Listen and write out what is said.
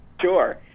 Sure